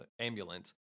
ambulance